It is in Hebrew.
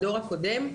הדור הקודם,